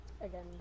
again